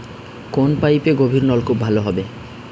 কোন পাইপে গভিরনলকুপ ভালো হবে?